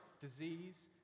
disease